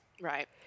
Right